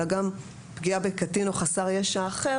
אלא גם פגיעה בקטין או חסר ישע אחר.